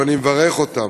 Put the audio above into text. ואני מברך אותם.